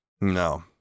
No